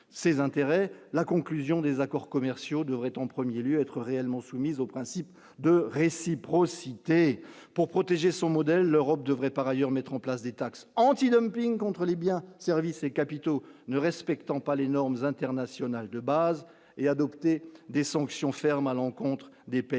ses intérêts la conclusion des accords commerciaux devraient en 1er lieu être réellement soumise au principe de réciprocité pour protéger son modèle Europe devrait par ailleurs mettre en place des taxes anti-dumping contre les biens, services et capitaux ne respectant pas les normes internationales de base et adopter des sanctions fermes à l'encontre des pays